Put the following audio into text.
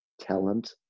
talent